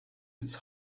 its